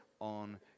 on